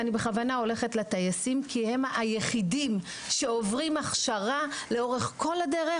ואני בכוונה מתייחסת אליהם כי הם היחידים שעוברים הכשרה לאורך כל הדרך,